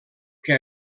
que